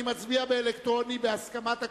אני מצביע בהצבעה אלקטרונית,